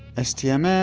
stm and